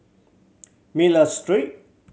Miller Street